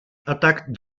attacked